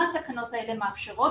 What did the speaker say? מה התקנות האלה מאפשרות?